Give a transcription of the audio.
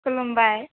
खुलुमबाय